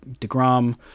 Degrom